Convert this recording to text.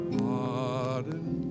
pardon